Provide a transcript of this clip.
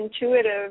intuitive